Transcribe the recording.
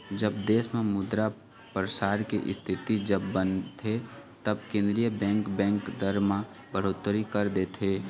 जब देश म मुद्रा परसार के इस्थिति जब बनथे तब केंद्रीय बेंक, बेंक दर म बड़होत्तरी कर देथे